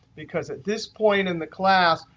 because at this point in the class,